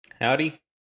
Howdy